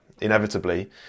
inevitably